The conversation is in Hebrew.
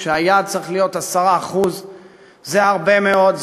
כשהיעד צריך להיות 10%. זה הרבה מאוד,